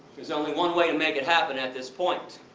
there's only one way to make it happen at this point.